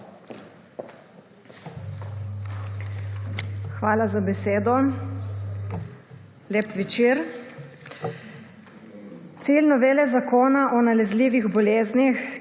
Hvala za besedo. Lep večer! Cilj novele Zakona o nalezljivih boleznih,